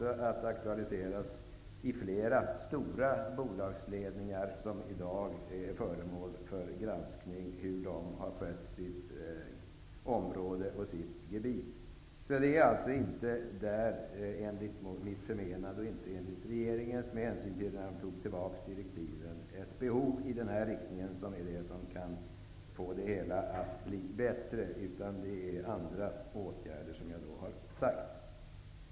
Detta kommer att aktualiseras i flera stora bolags ledningar, som är föremål för granskning. Enligt mitt förmenande finns inte något behov som pekar i den riktning som reservanterna menar. Det anser också regeringen, som tog tillbaka de aktuella tilläggsdirektiven. Det är andra åtgärder som skall till.